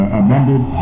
amended